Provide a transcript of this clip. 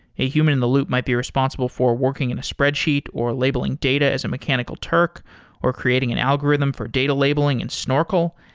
a human in the loop might be responsible for working in a spreadsheet or labeling data as a mechanical turk or creating an algorithm for data labeling and snorkel,